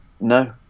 No